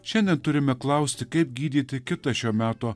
šiandien neturime klausti kaip gydyti kitą šio meto